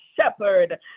shepherd